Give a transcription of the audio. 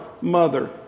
mother